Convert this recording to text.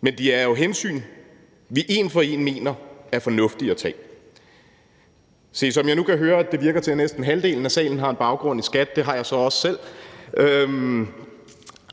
Men det er jo hensyn, som vi et for et mener er fornuftige at tage. Som jeg nu kan høre, virker det, som om næsten halvdelen af salen har en baggrund i skattevæsenet – det har jeg også selv –